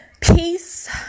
peace